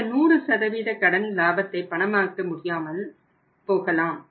இந்த 100 கடன் லாபத்தை பணமாக்க முடியாமல் போகலாம்